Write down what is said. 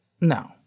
No